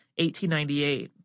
1898